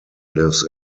lives